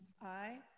Aye